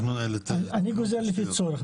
אני גוזר לפי צורך.